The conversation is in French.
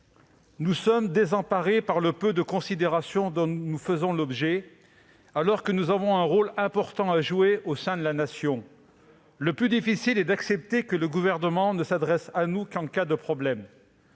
nous sommes [...] désemparés par le peu de considération dont nous faisons l'objet alors que nous avons un rôle important à jouer au sein de la Nation. Le plus difficile est d'accepter que le Gouvernement ne s'adresse à nous qu'en cas de problème